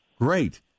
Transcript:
Great